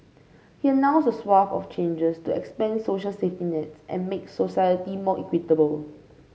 he announced a swathe of changes to expand social safety nets and make society more equitable